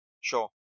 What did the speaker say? Sure